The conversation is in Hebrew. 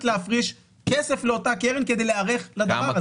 להפריש כסף לאותה קרן כדי להיערך לדבר הזה.